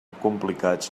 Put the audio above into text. complicats